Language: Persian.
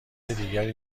دیگری